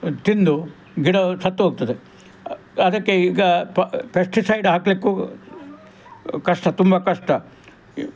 ತಿಂದು ಗಿಡ ಸತ್ತು ಹೋಗ್ತದೆ ಅದಕ್ಕೆ ಈಗ ಪೆಸ್ಟಿಸೈಡ್ ಹಾಕಲಿಕ್ಕು ಕಷ್ಟ ತುಂಬಾ ಕಷ್ಟ